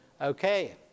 Okay